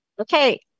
Okay